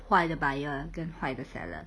坏的 buyer 跟坏的 seller